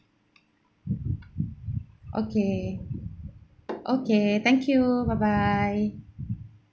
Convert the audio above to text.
okay okay thank you bye bye